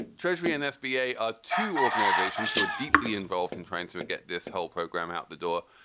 treasury and sba are two organizations who are deeply involved in trying to get this whole program out the door.